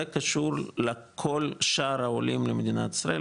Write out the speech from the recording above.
זה קשור לכל שאר העולים למדינת ישראל,